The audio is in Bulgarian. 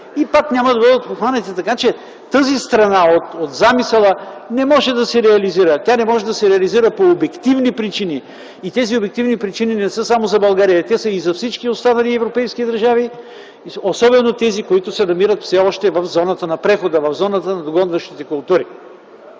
и пак няма да бъдат обхванати, така че тази страна от замисъла не може да се реализира. Тя не може да се реализира по обективни причини. И тези обективни причини не са само за България. Те са за всички останали европейски държави, особено тези, които все още се намират в зоната на прехода, в зоната на догонващите култури.